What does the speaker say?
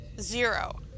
Zero